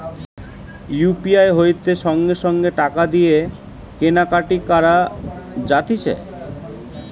UPI হইতে সঙ্গে সঙ্গে টাকা দিয়ে কেনা কাটি করা যাতিছে